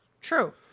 True